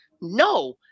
No